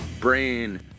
Brain